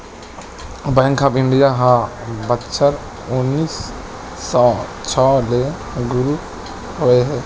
bank of India ह बछर उन्नीस सौ छै ले सुरू होए हे